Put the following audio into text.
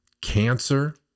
cancer